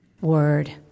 word